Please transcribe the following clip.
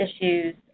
issues